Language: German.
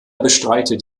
bestreitet